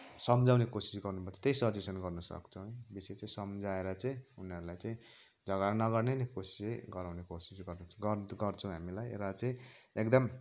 सम्झाउने कोसिस गर्नुपर्छ त्यही सजेसन गर्न सक्छौँ बेसी चाहिँ सम्झाएर चाहिँ उनीहरूलाई चाहिँ झगडा नगर्ने नै कोसिस गराउने कोसिस चाहिँ गर्नुपर्छ गर्न त गर्छौँ हामीलाई र चाहिँ एकदम